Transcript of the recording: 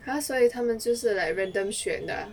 !huh! 所以他们就是 like random 选的